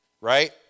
right